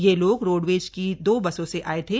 यह लोग रोडवेज की दो बसों से आए थे